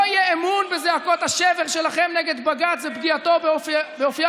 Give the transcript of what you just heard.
לא יהיה אמון בזעקות השבר שלכם נגד בג"ץ ופגיעתו באופייה